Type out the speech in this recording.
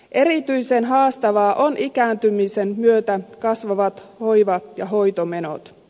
erityisen haastavia ovat ikääntymisen myötä kasvavat hoiva ja hoitomenot